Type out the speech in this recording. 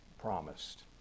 promised